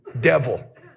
devil